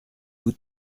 vous